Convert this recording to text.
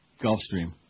Gulfstream